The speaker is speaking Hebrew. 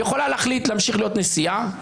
היא יכולה להחליט להמשיך להיות נשיאה,